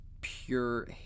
pure